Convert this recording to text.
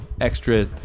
extra